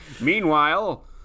Meanwhile